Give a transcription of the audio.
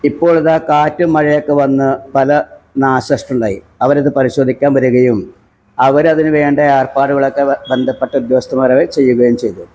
ഇപ്പോളിതാണ് കാറ്റും മഴയൊക്കെ വന്നു പല നാശനഷ്ടമുണ്ടായി അവരത് പരിശോധിക്കാന് വരികയും അവരതിനു വേണ്ട ഏര്പ്പാടുകളൊക്കെ ബന്ധപ്പെട്ട ഉദ്യോഗസ്ഥന്മാരായി ചെയ്യുകയും ചെയ്തു